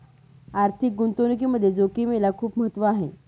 आर्थिक गुंतवणुकीमध्ये जोखिमेला खूप महत्त्व आहे